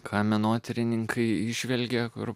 ką menotyrininkai įžvelgia kur